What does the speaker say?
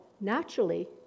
naturally